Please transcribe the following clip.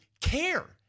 care